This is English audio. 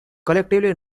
collectively